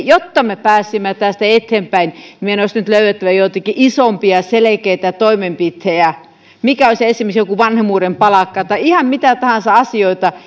jotta me pääsisimme tästä eteenpäin meidän olisi nyt löydettävä joitakin isompia selkeitä toimenpiteitä mitä olisi esimerkiksi joku vanhemmuuden palkka tai ihan mitä tahansa asioita